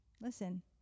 listen